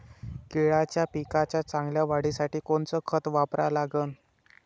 केळाच्या पिकाच्या चांगल्या वाढीसाठी कोनचं खत वापरा लागन?